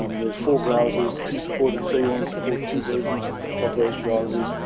um there's four browsers. two supportive, say you want to support two versions of those browsers.